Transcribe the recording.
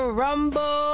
rumble